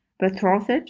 betrothed